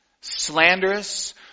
slanderous